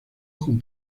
con